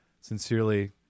sincerely